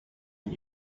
and